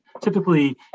Typically